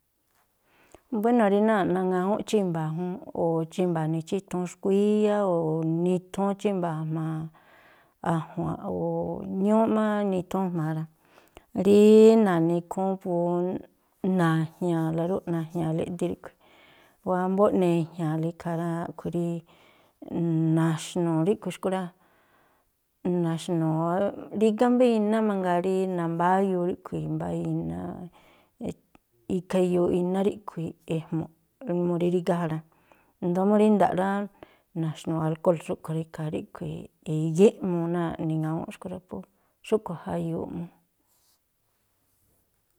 Buéno̱ rí náa̱ꞌ naŋawúnꞌ chímba̱a̱ jún, o̱ chímba̱a̱ nichithúún xkuíyá, o̱ nithúún chímba̱a̱ jma̱a a̱jua̱nꞌ o̱o̱ ñúúꞌ má nithúún jma̱a rá, rí na̱ni̱ ikhúún po na̱jña̱a̱la rúꞌ, na̱ña̱a̱la eꞌdi ríꞌkhui̱, wámbóꞌ ne̱jña̱a̱la ikhaa rá, a̱ꞌkhui̱ rí na̱xnu̱u̱ ríꞌkhui̱ xkui̱ rá, na̱xnu̱u̱, rígá mbá iná mangaa rí nambáyuu ríꞌkhui̱, mbá iná, ikhaa iyooꞌ iná ríꞌkhui̱ ejmu̱ꞌ ú mu rí rígá ja rá, i̱ndóó mú rí nda̱ꞌ rá, na̱xnu̱u̱ alkól xúꞌkhui̱ rá, ikhaa ríꞌkhui̱ i̱gíꞌmuu náa̱ꞌ niŋawúnꞌ xkui̱ rá po xúꞌkhui̱ jayuuꞌ múú.